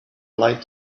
light